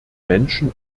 menschen